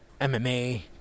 MMA